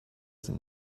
sind